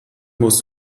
muss